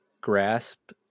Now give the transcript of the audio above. grasp